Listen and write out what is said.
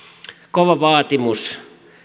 kova vaatimus